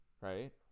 right